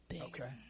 Okay